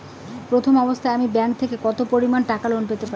প্রথম অবস্থায় আমি ব্যাংক থেকে কত পরিমান টাকা লোন পেতে পারি?